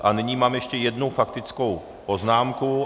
A nyní mám ještě jednu faktickou poznámku.